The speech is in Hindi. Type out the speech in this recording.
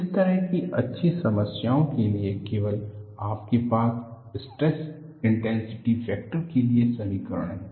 इस तरह की अच्छी समस्याओं के लिए केवल आपके पास स्ट्रेस इंटेंसिटी फैक्टर के लिए समीकरण हैं